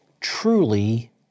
truly